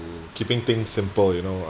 keeping things simple you know uh